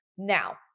Now